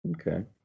Okay